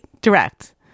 direct